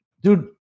Dude